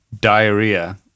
diarrhea